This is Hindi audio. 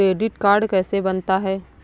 क्रेडिट कार्ड कैसे बनता है?